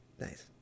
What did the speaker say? Nice